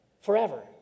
forever